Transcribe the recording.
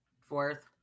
Fourth